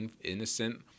innocent